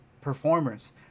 performers